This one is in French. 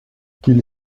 qu’il